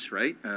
right